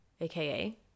aka